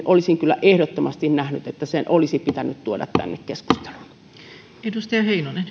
olisin kyllä ehdottomasti nähnyt että perintöveroa koskeva kansalaisaloite olisi pitänyt tuoda tänne keskusteluun